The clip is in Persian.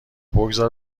بگذار